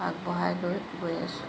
আগবঢ়াই লৈ গৈ আছোঁ